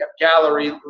gallery